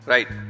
Right